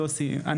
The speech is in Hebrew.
יוסי,